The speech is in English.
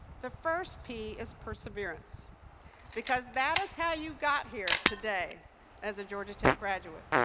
the first p is perseverance because that is how you got here today as a georgia tech graduate,